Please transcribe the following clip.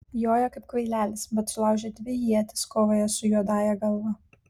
joja kaip kvailelis bet sulaužė dvi ietis kovoje su juodąja galva